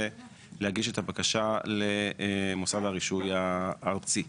להגיש את הבקשה למוסד הרישוי הארצי.